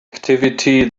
activity